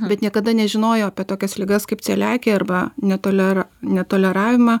bet niekada nežinojo apie tokias ligas kaip celiakija arba netolera netoleravimą